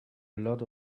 lot